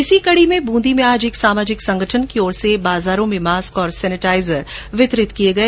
इसी कडी में बंदी में आज एक सामाजिक संगठन की ओर से बाजारों में मास्क और सैनेटाइजर वितरित किये गये